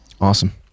awesome